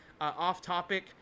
off-topic